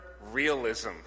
realism